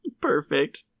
Perfect